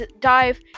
dive